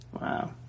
Wow